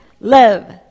love